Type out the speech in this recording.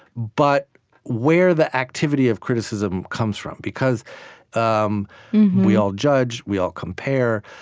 but where the activity of criticism comes from, because um we all judge. we all compare.